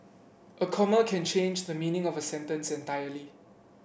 a comma can change the meaning of a sentence entirely